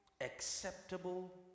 acceptable